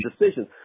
decisions